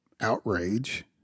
outrage